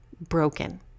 broken